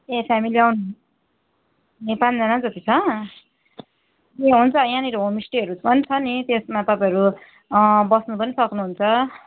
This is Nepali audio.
ए फेमिली आउनु ए पाँचजना जति छ ए हुन्छ यहाँनिर होमस्टेहरू पनि छ नि त्यसमा तपाईँहरू बस्नु पनि सक्नुहुन्छ